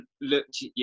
looked